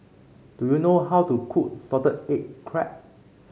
do you know how to cook Salted Egg Crab